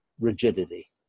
rigidity